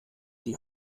die